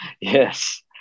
yes